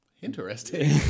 Interesting